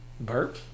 Burp